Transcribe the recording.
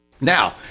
Now